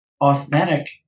authentic